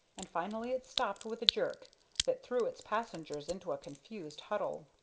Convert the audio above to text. and finally it stopped with a jerk that threw its passengers into a confused huddle.